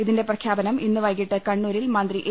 ഇതിന്റെ പ്രഖ്യാപനം ഇന്ന് വൈകിട്ട് കണ്ണൂരിൽ മന്ത്രി എ